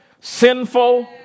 sinful